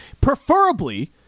Preferably